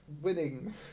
winning